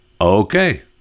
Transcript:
Okay